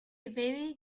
very